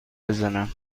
بزنم